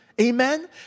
Amen